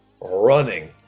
running